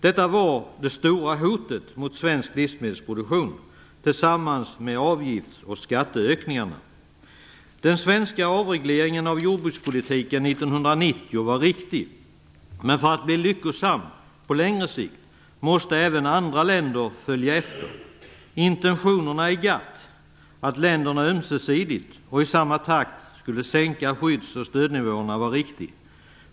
Detta var det stora hotet mot svensk livsmedelsproduktion, tillsammans med avgifts och skatteökningarna. 1990 var riktig. Men för att bli lyckosam på längre sikt måste även andra länder följa efter. Intentionerna i GATT, att länderna ömsesidigt och i samma takt, skulle sänka skydds och stödnivåerna var riktiga.